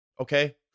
Okay